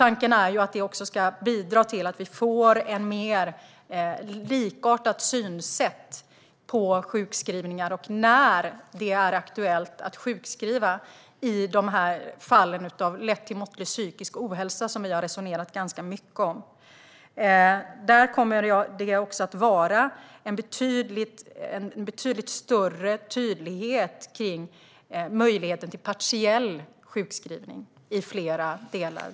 Tanken är att det också ska bidra till att vi får ett mer likartat synsätt på sjukskrivningar och när det är aktuellt att sjukskriva i de här fallen av lätt till måttlig psykisk ohälsa som vi har resonerat ganska mycket om. Där kommer det också att vara en betydligt större tydlighet kring möjligheten till partiell sjukskrivning i flera delar.